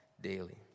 daily